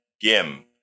Gim